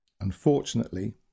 Unfortunately